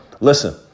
listen